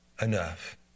enough